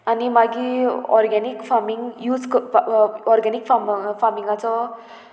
आनी मागीर organic farming use कर ऑर्गेनीक फा फार्मिंगाचो